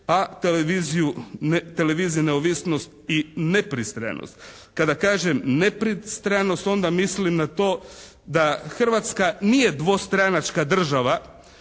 televiziji neovisnost i nepristranost. Kada kažem nepristranost onda mislim na to da Hrvatska nije dvostranačka država